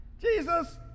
Jesus